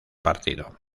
partido